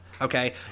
okay